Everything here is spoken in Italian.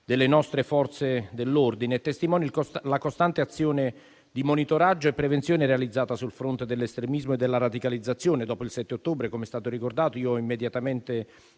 delle nostre Forze dell'ordine e testimonia la costante azione di monitoraggio e prevenzione realizzata sul fronte dell'estremismo e della radicalizzazione. Dopo il 7 ottobre - com'è stato ricordato - ho immediatamente